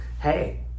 hey